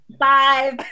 five